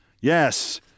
Yes